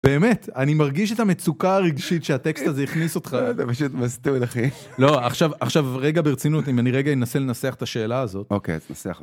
באמת, אני מרגיש את המצוקה הרגשית שהטקסט הזה הכניס אותך, אתה פשוט מסטול, אחי. -לא, עכשיו עכשיו רגע ברצינות, אם אני רגע אנסה לנסח את השאלה הזאת -אוקיי, אז נסח.